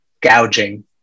gouging